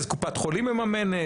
זה קופת חולים מממנת?